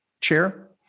chair